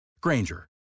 Granger